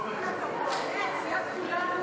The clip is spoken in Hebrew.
התשע"ו 2016,